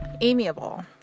amiable